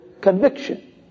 conviction